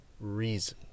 reason